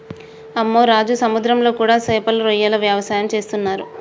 అమ్మె రాజు సముద్రంలో కూడా సేపలు రొయ్యల వ్యవసాయం సేసేస్తున్నరు